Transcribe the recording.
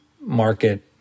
market